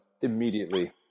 immediately